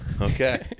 Okay